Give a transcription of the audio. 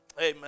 Amen